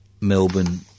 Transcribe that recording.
Melbourne